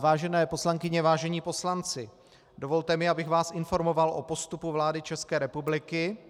Vážené poslankyně, vážení poslanci, dovolte mi, abych vás informoval o postupu vlády České republiky.